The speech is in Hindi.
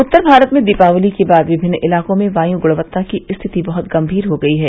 उत्तर भारत में दीपावली के बाद विभिन्न इलाकों में वायु गुणवत्ता की रिथिति बहुत गंभीर हो गई है